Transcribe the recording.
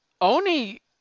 Oni